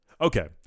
Okay